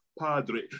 Padre